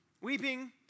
weeping